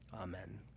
Amen